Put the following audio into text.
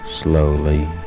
slowly